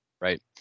Right